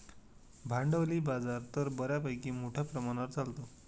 भांडवली बाजार तर बऱ्यापैकी मोठ्या प्रमाणावर चालतो